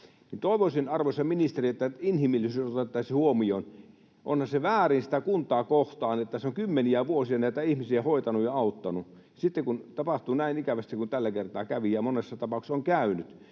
Toivoisin, arvoisa ministeri, että inhimillisyys otettaisiin huomioon. Onhan se väärin sitä kuntaa kohtaan, että se on kymmeniä vuosia näitä ihmisiä hoitanut ja auttanut, ja sitten kun tapahtuu näin ikävästi, niin kuin tällä kertaa kävi ja monessa tapauksessa on käynyt,